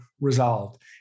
resolved